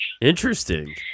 Interesting